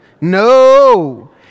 No